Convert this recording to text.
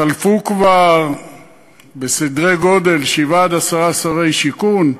חלפו כבר שבעה עד עשרה שרי שיכון,